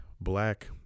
black